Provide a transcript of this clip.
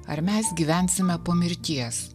ar mes gyvensime po mirties